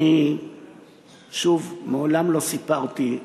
אני, שוב, מעולם לא סיפרתי,